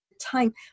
time